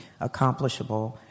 accomplishable